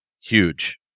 Huge